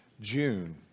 June